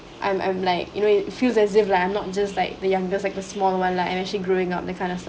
I'm I'm like you know it feels as if like I'm not just like the youngest like the small one lah I'm actually growing up that kind of lah